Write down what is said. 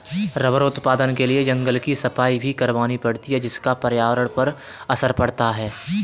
rubber उत्पादन के लिए जंगल की सफाई भी करवानी पड़ती है जिसका पर्यावरण पर असर पड़ता है